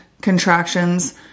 contractions